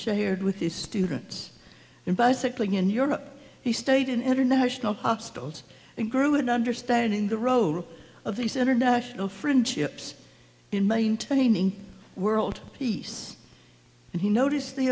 shared with his students in bicycling in europe he stayed in international hospitals and grew in understanding the road of these international friendships in maintaining world peace and he noticed the